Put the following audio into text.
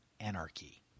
anarchy